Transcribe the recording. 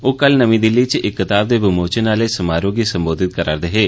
ओ कल नमी दिल्ली च इक कताब दे वमोचन आहले समारोह गी संबोधित करै'रदे हे